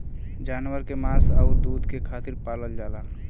जानवर के मांस आउर दूध के खातिर पालल जाला